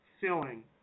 filling